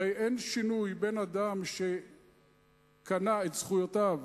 הרי אין שינוי בין אדם שקנה את זכויותיו,